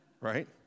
right